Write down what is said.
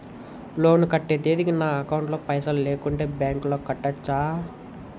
Loan కట్టే తేదీకి నా అకౌంట్ లో పైసలు లేకుంటే బ్యాంకులో కట్టచ్చా?